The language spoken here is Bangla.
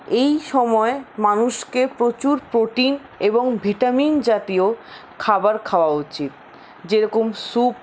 এই সময় মানুষকে প্রচুর প্রোটিন এবং ভিটামিন জাতীয় খাবার খাওয়া উচিৎ যে রকম স্যুপ